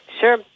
Sure